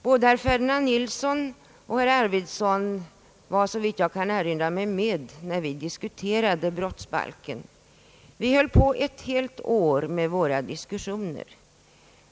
Både herr Ferdinand Nilsson och herr Arvidson var, såvitt jag kan erinra mig, med när vi diskuterade brottsbalken. Vi höll på ett helt år med våra diskussioner.